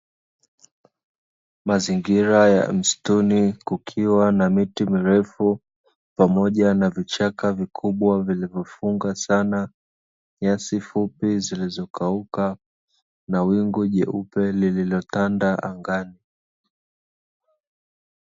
Mazingira ya msituni, kukiwa na miti mirefu pamoja na vichaka vikubwa vilivyofunga sana, nyasi fupi zilizokauka na wingu jeupe lililotanda angani.